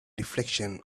reflection